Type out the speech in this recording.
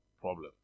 problem